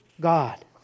God